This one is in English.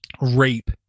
rape